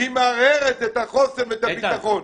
היא מערערת את החוסן ואת הביטחון.